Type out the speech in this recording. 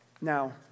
Now